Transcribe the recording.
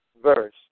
verse